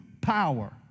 power